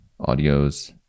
audios